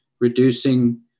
reducing